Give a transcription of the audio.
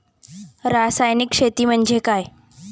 रासायनिक शेती म्हणजे काय?